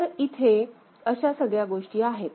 तर इथे अशा सगळ्या गोष्टी आहेत